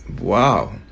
Wow